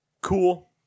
cool